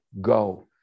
go